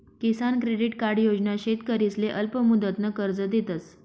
किसान credit card योजना शेतकरीसले अल्पमुदतनं कर्ज देतस